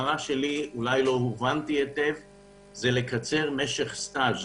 המטרה שלי היא לקצר משך סטאז'.